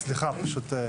המשרדים.